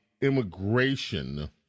immigration